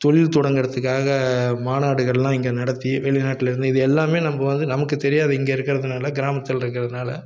தொழில் தொடங்கிறத்துக்காக மாநாடுகள்லாம் இங்கே நடத்தி வெளிநாட்டில் இருந்து இது எல்லாமே நமக்கு வந்து நமக்கு தெரியாது இங்கே இருக்கிறதுனால கிராமத்தில் இருக்கிறதுனால